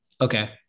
Okay